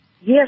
Yes